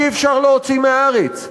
אי-אפשר להוציא מהארץ.